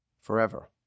forever